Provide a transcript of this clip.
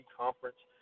conference